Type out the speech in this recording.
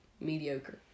mediocre